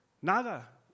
Nada